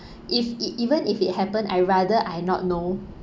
if it even if it happened I rather I not know